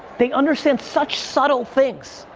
they understand such subtle things.